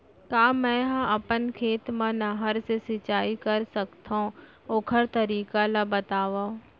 का मै ह अपन खेत मा नहर से सिंचाई कर सकथो, ओखर तरीका ला बतावव?